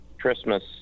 Christmas